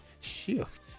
shift